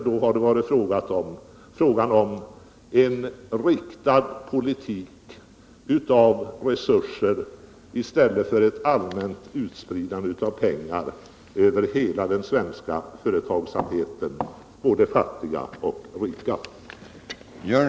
Då hade det nämligen varit fråga om en riktad satsning av resurser och inte ett allmänt utspridande av pengar över hela den svenska företagsamheten.